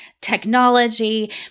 technology